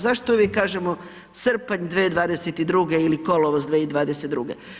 Zašto uvijek kažemo srpanj 2022. ili kolovoz 2022.